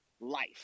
life